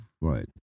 Right